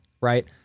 right